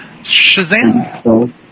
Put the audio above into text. Shazam